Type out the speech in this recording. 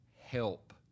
help